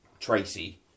Tracy